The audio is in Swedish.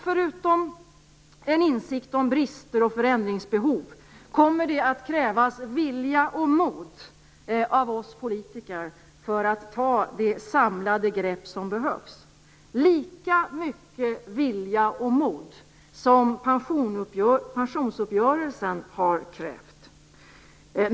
Förutom en insikt om brister och förändringsbehov kommer det att krävas vilja och mod av oss politiker för att ta det samlade grepp som behövs - lika mycket vilja och mod som pensionsuppgörelsen har krävt.